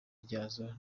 ryazo